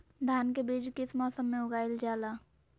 धान के बीज किस मौसम में उगाईल जाला?